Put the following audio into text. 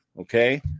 okay